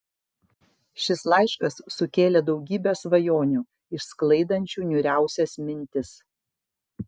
šis laiškas sukėlė daugybę svajonių išsklaidančių niūriausias mintis